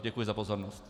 Děkuji za pozornost.